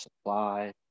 supply